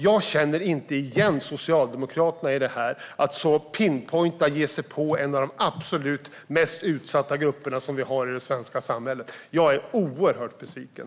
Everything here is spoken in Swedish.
Jag känner inte igen Socialdemokraterna, som "pinpointar" och ger sig på en av de absolut mest utsatta grupper som vi har i det svenska samhället. Jag är oerhört besviken.